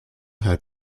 had